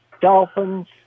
Dolphins